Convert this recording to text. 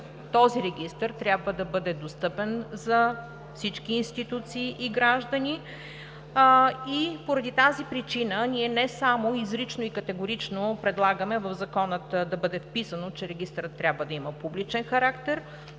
този регистър трябва да бъде достъпен до всички институции и граждани и поради тази причина ние не само изрично и категорично предлагаме в Закона да бъде вписано, че регистърът трябва да има публичен характер,